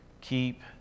keep